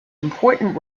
important